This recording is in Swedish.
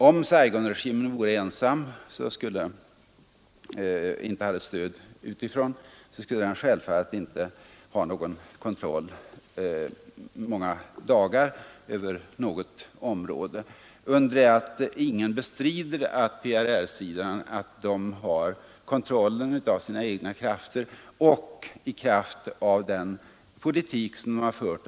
Om Saigonregimen vore ensam och inte hade något stöd utifrån skulle den självfallet inte ha någon kontroll över något område under många dagar, under det att ingen bestrider att PRR-sidan har kontroll över sitt område med sina egna krafter, och med hjälp av den politik som de har fört.